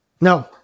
No